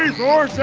your